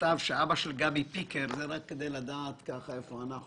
כתב שאבא של גבי פיקר זה רק כדי לדעת איפה אנחנו